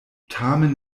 tamen